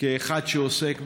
כאחד שעוסק בזה.